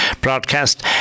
broadcast